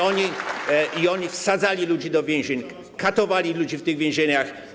Oni wsadzali ludzi do więzień, katowali ludzi w tych więzieniach.